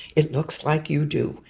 it looks like you do,